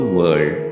world